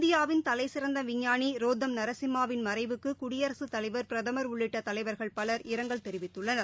இந்தியாவின் தலைசிறந்த விஞ்ஞானி ரோத்தம் நரசிம்மா வின் மறைவுக்கு குடியரசுத் தலைவர் பிரதமர் உள்ளிட்ட தலைவர்கள் பலர் இரங்கல் தெரிவித்துள்ளனர்